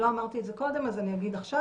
לא אמרתי את זה קודם, אז אני אגיד עכשיו,